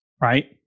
right